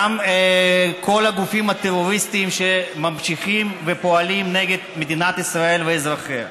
וגם כל הגופים הטרוריסטיים שממשיכים ופועלים נגד מדינת ישראל ואזרחיה.